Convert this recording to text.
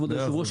כבוד היושב ראש,